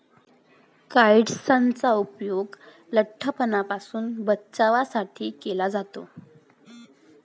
काइट्सनचा उपयोग लठ्ठपणापासून बचावासाठी केला जातो